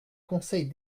conseils